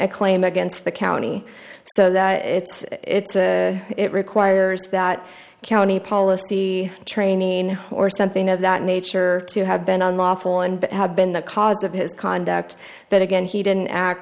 a claim against the county so that it's it's it requires that county policy training or something of that nature to have been on lawful and but have been the cause of his conduct but again he didn't act